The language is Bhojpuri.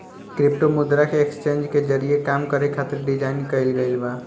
क्रिप्टो मुद्रा के एक्सचेंज के जरिए काम करे खातिर डिजाइन कईल गईल बा